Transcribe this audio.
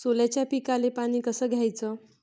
सोल्याच्या पिकाले पानी कस द्याचं?